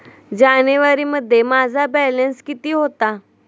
जानेवारीमध्ये माझा बॅलन्स किती होता?